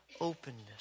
openness